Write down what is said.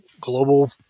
global